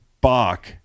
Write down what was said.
Bach